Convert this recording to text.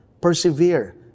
Persevere